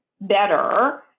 better